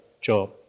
job